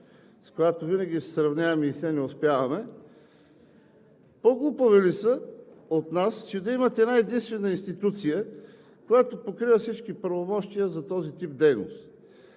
с която винаги се сравняваме и все не успяваме, по-глупави ли са от нас, че да имат една-единствена институция, която да покрива с всички правомощия този тип дейност?